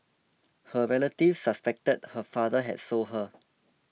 her relatives suspected her father had sold her